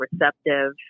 receptive